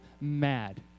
mad